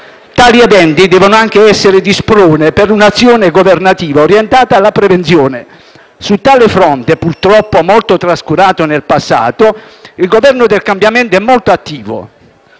Tali eventi devono anche essere di sprone per un'azione governativa orientata alla prevenzione. Su tale fronte, purtroppo molto trascurato nel passato, il Governo del cambiamento è molto attivo: